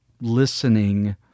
listening